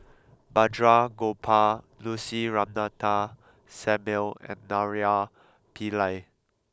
Balraj Gopal Lucy Ratnammah Samuel and Naraina Pillai